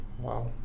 Wow